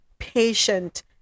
patient